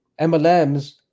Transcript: MLMs